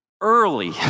Early